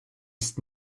ist